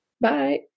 Bye